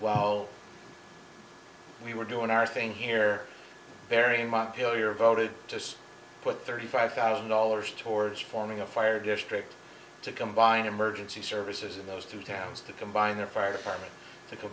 while we were doing our thing here very montpellier voted to put thirty five thousand dollars towards forming a fire district to combine emergency services in those two towns to combine their fire department t